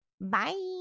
Bye